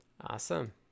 Awesome